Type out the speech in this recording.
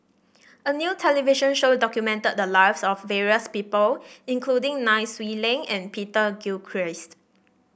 a new television show documented the lives of various people including Nai Swee Leng and Peter Gilchrist